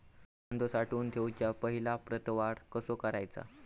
कांदो साठवून ठेवुच्या पहिला प्रतवार कसो करायचा?